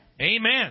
Amen